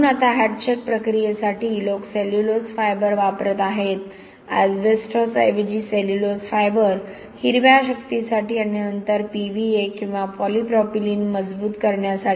म्हणून आता हॅटशेक प्रक्रियेसाठी लोक सेल्युलोज फायबर वापरत आहेत एस्बेस्टोस ऐवजी सेल्युलोज फायबर हिरव्या शक्तीसाठी आणि नंतर पीव्हीए किंवा पॉलीप्रॉपिलीन मजबूत करण्यासाठी